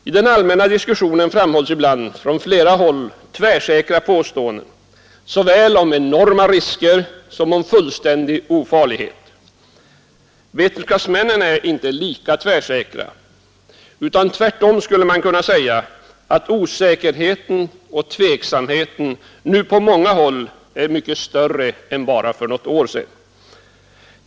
I den allmänna diskussionen framförs ibland från flera håll tvärsäkra påståenden, såväl om enorma risker som om fullständig ofarlighet. Vetenskapsmännen är dock inte lika tvärsäkra, utan tvärtom kan sägas att osäkerheten och tveksamheten nu på många håll är större än för bara något år sedan.